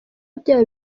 byayo